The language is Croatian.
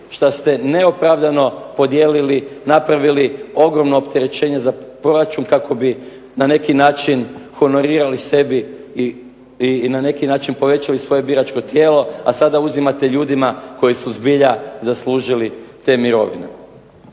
šta ste neopravdano podijelili, napravili ogromno opterećenje za proračun kako bi na neki način honorirali sebi i na neki način povećali svoje biračko tijelo, a sada uzimate ljudima koji su zbilja zaslužili te mirovine.